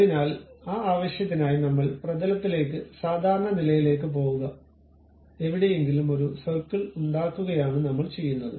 അതിനാൽ ആ ആവശ്യത്തിനായി നമ്മൾ പ്രതലത്തിലേക്ക് സാധാരണ നിലയിലേക്ക് പോകുക എവിടെയെങ്കിലും ഒരു സർക്കിൾ ഉണ്ടാക്കുകയാണ് നമ്മൾ ചെയ്യുന്നത്